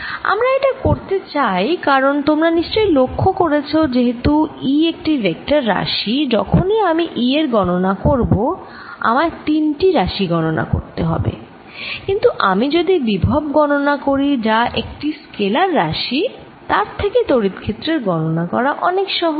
আমরা এটা করতে চাই কারণ তোমরা নিশ্চই লক্ষ্য করেছ যেহেতু E একটি ভেক্টর রাশি যখনই আমি E এর গণনা করব আমায় তিনটি রাশি গণনা করতে হবে কিন্তু আমি যদি বিভব গণনা করি যা একটি স্কেলার রাশি তার থেকে তড়িৎ ক্ষেত্রের গণনা করা অনেক সহজ